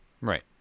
Right